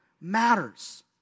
matters